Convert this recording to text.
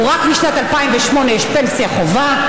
ורק משנת 2008 יש פנסיה חובה,